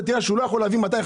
הם לא יוכלו לקנות את זה.